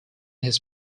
his